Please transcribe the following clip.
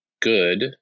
good